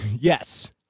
yes